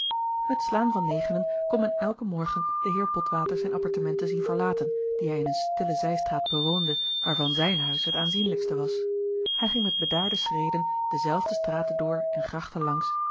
met slaan van negenen kon men elken morgen den heer botwater zijn apartementen zien verlaten die hij in eene stille zijstraat bewoonde waarvan zijn huis het aanzienlijkste was hij ging met bedaarde schreden dezelfde straten door en grachten langs